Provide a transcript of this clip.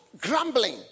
grumbling